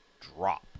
drop